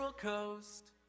Coast